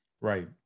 Right